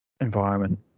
environment